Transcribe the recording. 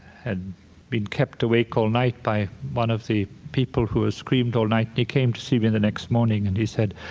had been kept awake all night by one of the people who had screamed all night. he came to see me the next morning and he said,